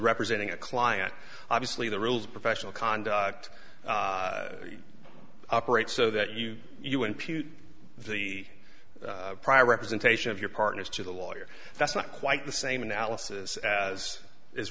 representing a client obviously the rules of professional conduct operate so that you you impute the prior representation of your partner's to the lawyer that's not quite the same analysis as is